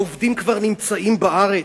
העובדים כבר נמצאים בארץ,